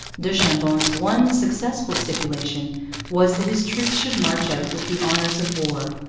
du chambon's one successful stipulation was that his troops should march out with the honours of war,